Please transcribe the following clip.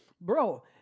bro